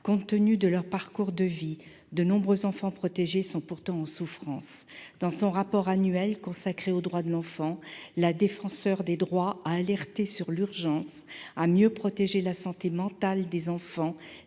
Compte tenu de leur parcours de vie, de nombreux enfants protégés sont pourtant en souffrance. Dans son rapport annuel consacré aux droits de l'enfant, la Défenseure des droits a alerté sur l'urgence de mieux protéger la santé mentale des enfants